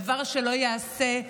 דבר שלא יעשה.